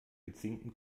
gezinkten